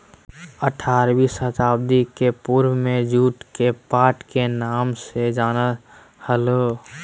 आठारहवीं शताब्दी के पूर्व में जुट के पाट के नाम से जानो हल्हो